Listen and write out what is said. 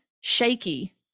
shaky